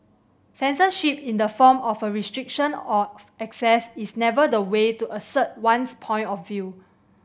censorship in the form of a restriction of access is never the way to assert one's point of view